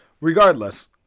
Regardless